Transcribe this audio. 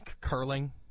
Curling